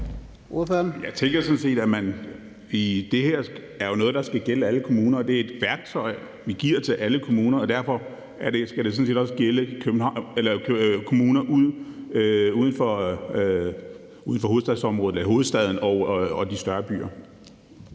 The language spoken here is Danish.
Jeg tænker sådan set, at det her jo er noget, der skal gælde alle kommuner, og det er et værktøj, vi giver til alle kommuner. Derfor skal det sådan set også gælde kommuner uden for hovedstaden og de større byer.